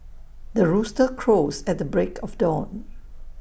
the rooster crows at the break of dawn